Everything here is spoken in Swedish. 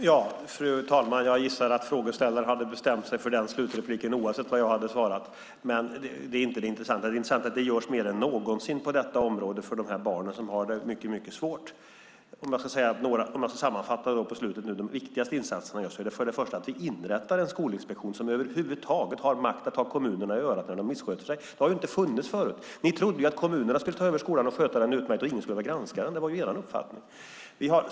Fru talman! Jag gissar att frågeställaren hade bestämt sig för den slutrepliken oavsett vad jag hade svarat, men det är inte det intressanta. Det intressanta är att det görs mer än någonsin på detta område för dessa barn som har det mycket svårt. Låt mig sammanfatta de viktigaste insatserna som nu görs. Vi inrättar en skolinspektion som har makt att ta kommunerna i örat när de missköter sig. Det har inte funnits förut. Ni, Gunilla Svantorp, trodde att kommunerna skulle ta över skolan, sköta den utmärkt och ingen skulle behöva granska den. Det var er uppfattning.